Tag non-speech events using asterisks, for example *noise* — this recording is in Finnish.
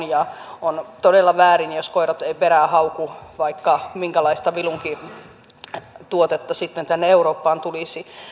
*unintelligible* ja on todella väärin jos koirat eivät perään hauku vaikka minkälaista vilunkituotetta tänne eurooppaan tulisi